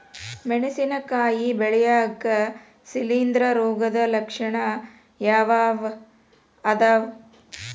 ಮೆಣಸಿನಕಾಯಿ ಬೆಳ್ಯಾಗ್ ಶಿಲೇಂಧ್ರ ರೋಗದ ಲಕ್ಷಣ ಯಾವ್ಯಾವ್ ಅದಾವ್?